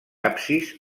absis